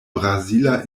brazila